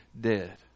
dead